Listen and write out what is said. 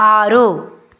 ఆరు